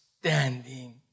standing